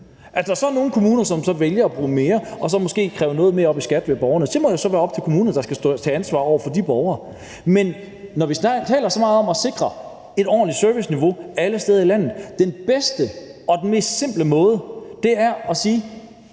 At der så er nogle kommuner, som vælger at bruge mere og så måske kræve noget mere op i skat hos borgerne, må så være op til kommunerne, og de må jo stå til ansvar over for de borgere. Men når vi taler så meget om at sikre et ordentligt serviceniveau alle steder i landet, er den bedste og mest simple måde at sige: